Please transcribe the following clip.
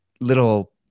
little